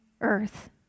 earth